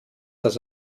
das